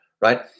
right